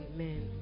Amen